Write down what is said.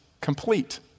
complete